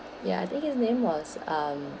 ya I think his name was um